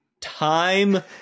time